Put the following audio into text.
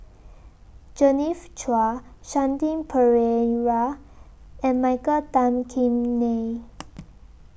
Genevieve Chua Shanti Pereira and Michael Tan Kim Nei